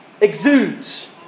exudes